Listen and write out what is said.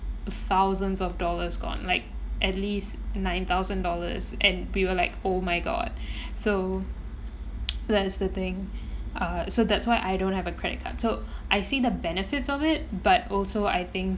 thousands of dollars gone like at least nine thousand dollars and we were like oh my god so that's the thing uh so that's why I don't have a credit card so I see the benefits of it but also I think